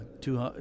two